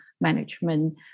management